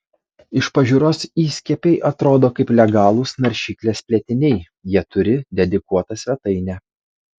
iš pažiūros įskiepiai atrodo kaip legalūs naršyklės plėtiniai jie turi dedikuotą svetainę